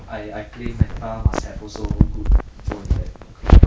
I I play meta must have also good phone then okay ah